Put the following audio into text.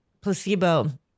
placebo